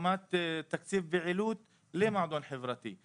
לעומת תקציב פעילות למועדון חברתי.